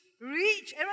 reach